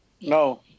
No